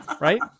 Right